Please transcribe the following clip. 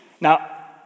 Now